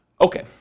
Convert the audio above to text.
Okay